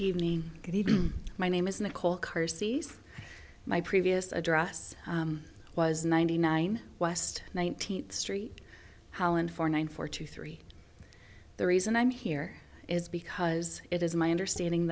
evening good evening my name is nicole kirsty's my previous address was ninety nine west nineteenth street holland for nine four two three the reason i'm here is because it is my understanding